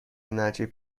نجیب